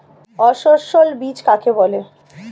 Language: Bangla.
অসস্যল বীজ কাকে বলে?